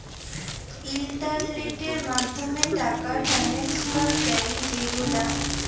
ইলটারলেটের মাধ্যমে টাকা টেনেসফার ক্যরি যে গুলা